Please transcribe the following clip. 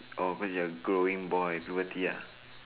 orh cause you are a growing boy puberty ya